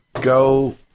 go